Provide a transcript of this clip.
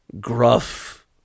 gruff